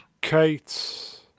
Kate